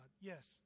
Yes